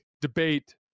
debate